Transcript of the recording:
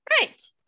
Right